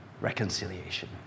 reconciliation